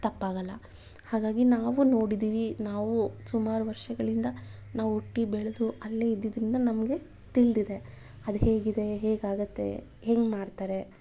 ತಪ್ಪಾಗಲ್ಲ ಹಾಗಾಗಿ ನಾವು ನೋಡಿದ್ದೀವಿ ನಾವು ಸುಮಾರು ವರ್ಷಗಳಿಂದ ನಾವು ಹುಟ್ಟಿ ಬೆಳೆದು ಅಲ್ಲೇ ಇದ್ದಿದ್ದರಿಂದ ನಮಗೆ ತಿಳಿದಿದ್ದೆ ಅದು ಹೇಗಿದೆ ಹೇಗೂ ಆಗುತ್ತೆ ಹೆಂಗೆ ಮಾಡ್ತಾರೆ